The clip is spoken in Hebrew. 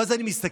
ואז אני מסתכל,